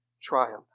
triumph